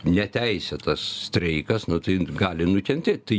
neteisėtas streikas nu tai gali nukentėt tai